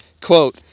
Quote